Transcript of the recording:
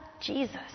Jesus